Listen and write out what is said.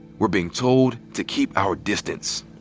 we're being told to keep our distance.